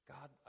God